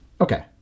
Okay